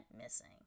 missing